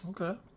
Okay